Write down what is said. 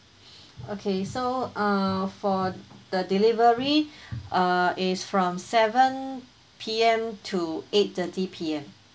okay so uh for the delivery uh is from seven P_M to eight thirty P_M